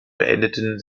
beendeten